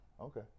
okay